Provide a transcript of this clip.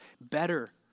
better